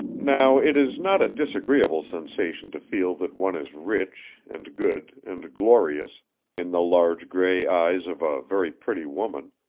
now it is not a disagreeable sensation to feel that one is rich and good and glorious in the large gray eyes of a very pretty woman,